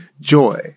joy